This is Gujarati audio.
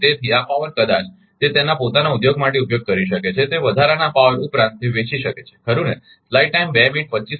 તેથી આ પાવર કદાચ તે તેના પોતાના ઉદ્યોગ માટે ઉપયોગ કરી શકે છે તે વધારાના પાવર ઉપરાંત તે વેચી શકે છે ખરુ ને